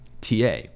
TA